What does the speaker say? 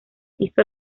hizo